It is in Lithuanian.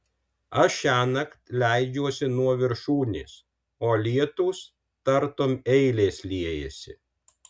aš šiąnakt leidžiuosi nuo viršūnės o lietūs tartum eilės liejasi